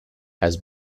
has